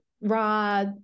raw